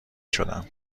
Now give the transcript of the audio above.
شدم